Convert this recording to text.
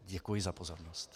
Děkuji za pozornost.